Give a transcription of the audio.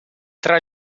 tra